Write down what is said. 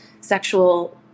sexual